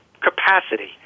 capacity